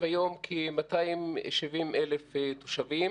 כ-270,000 תושבים.